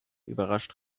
überrascht